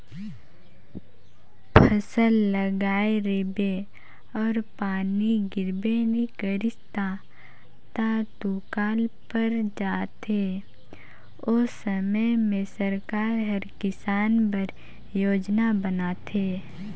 फसल लगाए रिबे अउ पानी गिरबे नी करिस ता त दुकाल पर जाथे ओ समे में सरकार हर किसान बर योजना बनाथे